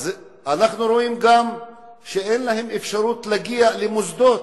אנחנו רואים שגם אין להם אפשרות להגיע למוסדות.